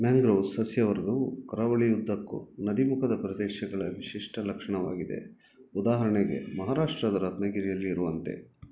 mangrove ಸಸ್ಯವರ್ಗವು ಕರಾವಳಿಯುದ್ದಕ್ಕೂ ನದಿಮುಖದ ಪ್ರದೇಶಗಳ ವಿಶಿಷ್ಟ ಲಕ್ಷಣವಾಗಿದೆ ಉದಾಹರಣೆಗೆ ಮಹಾರಾಷ್ಟ್ರದ ರತ್ನಗಿರಿಯಲ್ಲಿರುವಂತೆ